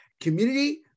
community